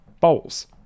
bowls